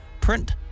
print